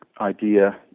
idea